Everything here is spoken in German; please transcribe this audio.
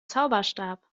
zauberstab